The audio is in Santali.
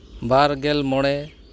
ᱵᱟᱨᱜᱮᱞ ᱢᱚᱬᱮ